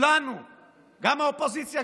גם האופוזיציה,